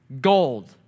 gold